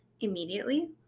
immediately